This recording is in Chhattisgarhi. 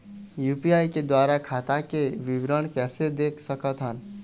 यू.पी.आई के द्वारा खाता के विवरण कैसे देख सकत हन?